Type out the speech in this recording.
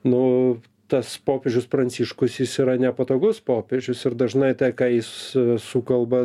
nu tas popiežius pranciškus jis yra nepatogus popiežius ir dažnai tai ką jis sukalba